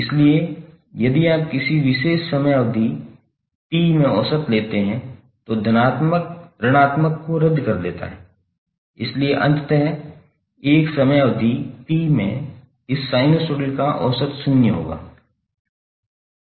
इसलिए यदि आप किसी विशेष समय अवधि T में औसत लेते हैं तो धनात्मक ऋणात्मक को रद्द कर देता है इसलिए अंततः एक समय अवधि T में इस साइनसॉइड का औसत शून्य रहेगा